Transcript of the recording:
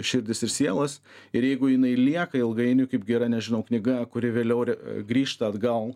širdis ir sielas ir jeigu jinai lieka ilgainiui kaip gera nežinau knyga kuri vėliau grįžta atgal